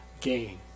gain